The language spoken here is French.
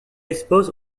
expose